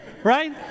right